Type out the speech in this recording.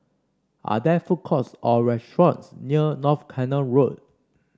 are there food courts or restaurants near North Canal Road